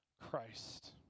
Christ